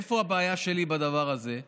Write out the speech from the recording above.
איפה הבעיה שלי בדבר הזה,